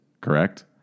Correct